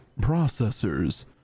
processors